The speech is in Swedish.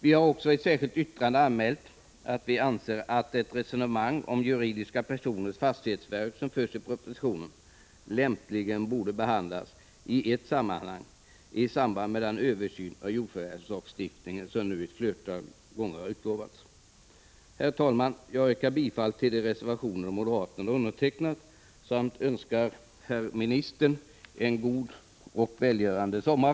Vi har också i ett särskilt yttrande anmält att vi anser att det resonemang om juridiska personers fastighetsförvärv som förs i propositionen lämpligen borde behandlas i samband med den översyn av jordförvärvslagstiftningen som nu ett flertal gånger har utlovats. Herr talman! Jag yrkar bifall till de reservationer moderaterna undertecknat. Slutligen vill jag önska herr jordbruksministern en god och välgörande sommar.